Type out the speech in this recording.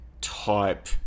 type